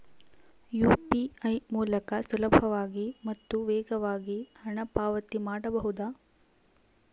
UPI ಮೂಲಕ ಸುಲಭವಾಗಿ ಮತ್ತು ವೇಗವಾಗಿ ಹಣ ಪಾವತಿ ಮಾಡಬಹುದಾ?